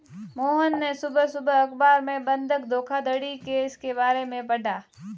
मोहन ने सुबह सुबह अखबार में बंधक धोखाधड़ी केस के बारे में पढ़ा